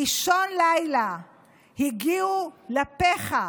באישון לילה הגיעו לפחה